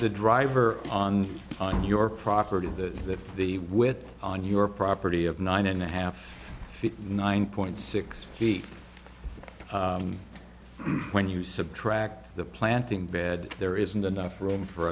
the driver on your property of the with on your property of nine and a half nine point six feet when you subtract the planting bed there isn't enough room for